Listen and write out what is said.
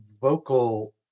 vocal